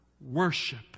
worship